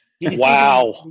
Wow